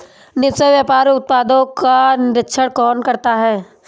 निष्पक्ष व्यापार उत्पादकों का निरीक्षण कौन करता है?